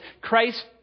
Christ